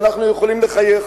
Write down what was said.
ואנחנו יכולים לחייך,